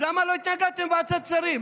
אז למה לא התנגדתם בוועדת שרים?